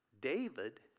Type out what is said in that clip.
David